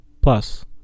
Plus